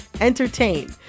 entertain